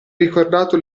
ricordato